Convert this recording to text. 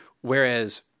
Whereas